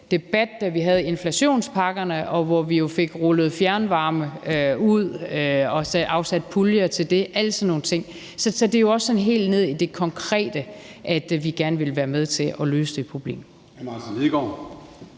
debat, da vi havde inflationspakkerne, hvor vi jo fik afsat puljer til at rulle fjernvarme ud og alle sådan nogle ting. Så det er jo også sådan helt nede i det konkrete, vi gerne vil være med til at løse det problem.